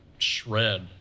shred